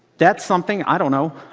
that's something i don't know.